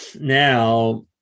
Now